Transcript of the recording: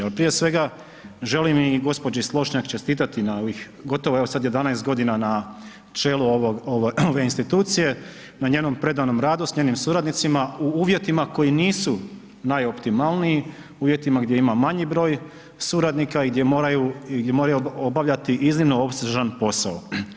Ali prije svega želim i gđi. Slonjšak čestitati na ovih gotovo evo sad 11 g. na čelu ove institucije, na njenom predanom radu, sa njenim suradnicima u uvjetima koji nisu najoptimalniji, uvjetima gdje ima manji broj suradnika i gdje moraju obavljati iznimno opsežan posao.